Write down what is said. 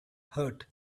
hurt